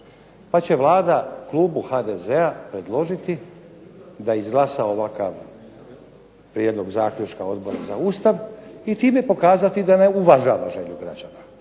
Pa će Vlada Klubu HDZ-a predložiti da izglasa ovakav prijedlog zaključka Odbora za Ustav i time pokazati da ne uvažava želju građana.